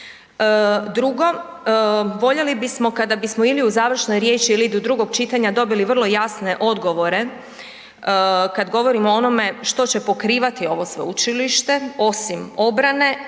Drugo, voljeli bismo kada bismo ili u završnoj riječi ili do drugog čitanja dobili vrlo jasne odgovore kad govorimo o onome što će pokrivati ovo sveučilište osim obrane